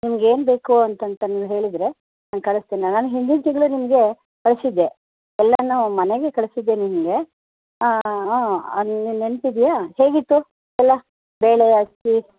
ನಿಮ್ಗೆ ಏನು ಬೇಕು ಅಂತಂತಂದು ಹೇಳಿದರೆ ನಾನು ಕಳಸ್ತೀನಿ ನಾನು ನಾನು ಹಿಂದಿನ ತಿಂಗ್ಳು ನಿಮಗೆ ಕಳಿಸಿದ್ದೆ ಎಲ್ಲನೂ ಮನೆಗೇ ಕಳಿಸಿದ್ದೆ ನಿಮಗೆ ಹಾಂ ಹ್ಞೂ ಅದು ನೆನ್ಪು ಇದೆಯಾ ಹೇಗಿತ್ತು ಎಲ್ಲ ಬೇಳೆ ಅಕ್ಕಿ